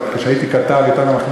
כשהייתי כתב העיתון "המחנה